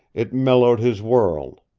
it mellowed his world.